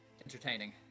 entertaining